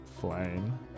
flame